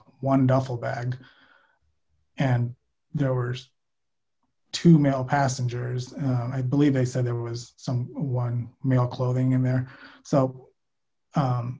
one duffel bag and there were two male passengers i believe they said there was some one male clothing in there so